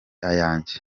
ayanjye